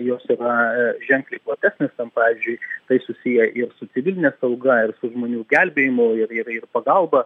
jos yra ženkliai platesnės ten pavyzdžiui tai susiję ir su civiline sauga ir su žmonių gelbėjimu ir ir ir pagalba